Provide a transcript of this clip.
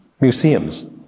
Museums